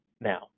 now